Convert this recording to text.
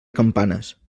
campanes